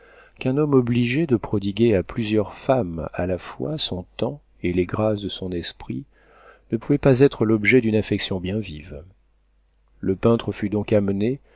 qu'un homme obligé de prodiguer à plusieurs femmes à la fois son temps et les grâces de son esprit ne pouvait pas être l'objet d'une affection bien vive le peintre fut donc amené